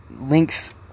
Links